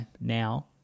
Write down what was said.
now